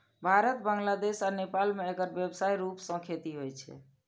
भारत, बांग्लादेश आ नेपाल मे एकर व्यापक रूप सं खेती होइ छै